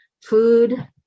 food